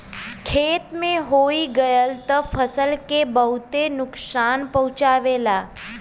खेते में होई गयल त फसल के बहुते नुकसान पहुंचावेला